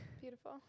Beautiful